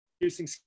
producing